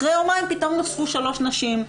אחרי יומיים פתאום נוספו שלוש נשים.